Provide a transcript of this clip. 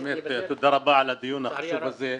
באמת תודה רבה על הדיון החשוב הזה.